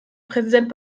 präsident